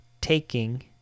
taking